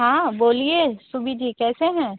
हाँ बोलिए शुभी जी कैसे हैं